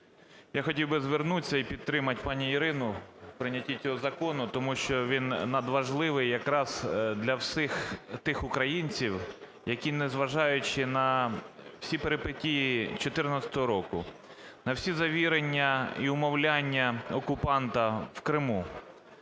я хотів би звернутися і підтримати пані Ірину в прийнятті цього закону, тому що він надважливий якраз для всіх тих українців, які, незважаючи на всі перипетії 2014 року, на всі завірення і вмовляння окупанта в Криму,